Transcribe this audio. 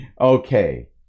okay